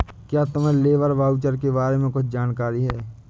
क्या तुम्हें labour voucher के बारे में कुछ जानकारी है?